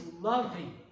loving